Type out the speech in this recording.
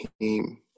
team